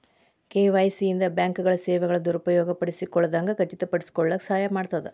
KYC ಇಂದ ಬ್ಯಾಂಕ್ಗಳ ಸೇವೆಗಳನ್ನ ದುರುಪಯೋಗ ಪಡಿಸಿಕೊಳ್ಳದಂಗ ಖಚಿತಪಡಿಸಿಕೊಳ್ಳಕ ಸಹಾಯ ಮಾಡ್ತದ